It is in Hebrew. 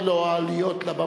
יכול?